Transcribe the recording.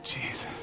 Jesus